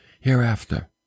hereafter